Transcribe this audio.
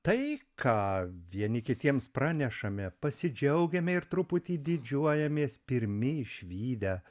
tai ką vieni kitiems pranešame pasidžiaugiame ir truputį didžiuojamės pirmi išvydę